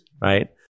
right